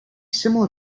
similar